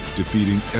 defeating